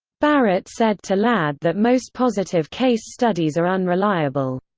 barrett said to ladd that most positive case studies are unreliable.